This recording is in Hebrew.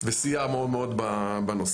וסייע מאוד בנושא,